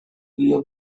rio